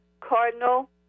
cardinal